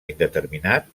indeterminat